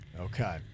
Okay